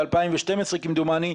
ב-2012 כמדומני,